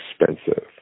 expensive